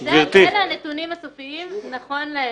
אלה הנתונים הסופיים נכון לאתמול.